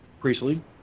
Priestley